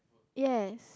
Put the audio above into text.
yes